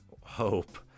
hope